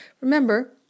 Remember